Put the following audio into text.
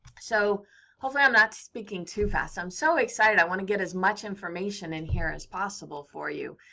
so hopefully, i'm not speaking too fast. i'm so excited. i want to get as much information in here as possible for you.